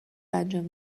انجام